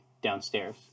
downstairs